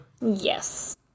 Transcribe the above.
Yes